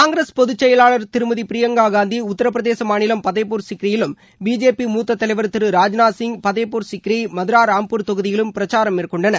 காங்கிரஸ் பொதுச் செயலாளர் திருமதி பிரியங்கா காந்தி உத்தரப் பிரதேச மாநிலம் பதேபூர் சிக்ரியிலும் பிஜேபி தலைவர் முத்த திரு ராஜ்நாத் சிங் பதேப்பூர் சிக்ரி மத்ரா ராம்பூர் தொகுதியிலும் பிரச்சாரம் மேற்கொண்டனர்